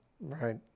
Right